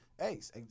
Ace